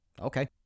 Okay